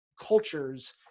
cultures